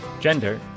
gender